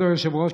כבוד היושב-ראש,